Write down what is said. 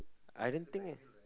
I don't think it